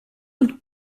und